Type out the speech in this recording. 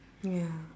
ya